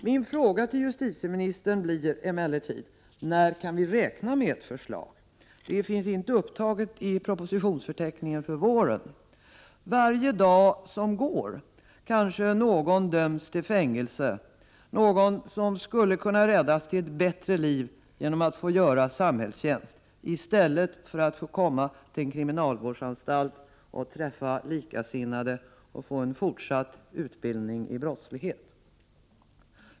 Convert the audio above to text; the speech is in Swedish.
Min fråga till justitieministern blir emellertid: När kan vi räkna med ett förslag? Det finns inte upptaget i propositionsförteckningen för våren. Varje dag som går döms kanske någon till fängelse, någon som skulle kunna räddas till ett bättre liv genom att få göra samhällstjänst i stället för att komma till en kriminalvårdsanstalt och träffa likasinnade och få en fortsatt utbildning i brottslighet.